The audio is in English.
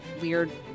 weird